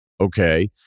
Okay